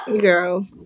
girl